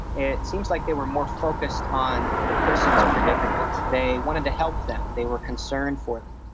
it seems like they were more focused on the person's predicament, they wanted to help them, they were concerned for them.